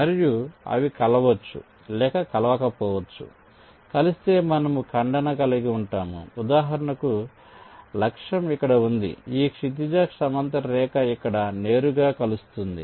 మరియు అవి కలవచ్చు లేక కలవకపోవచ్చు కలిస్తే మనము ఖండన కలిగి ఉంటాము ఉదాహరణకు లక్ష్యం ఇక్కడ ఉంటే ఈ క్షితిజ సమాంతర రేఖ ఇక్కడ నేరుగా కలుస్తుంది